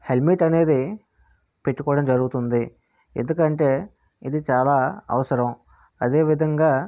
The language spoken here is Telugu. హెల్మెట్ అనేది పెట్టుకోవడం జరుగుతుంది ఎందుకంటే ఇది చాలా అవసరం అదేవిధంగా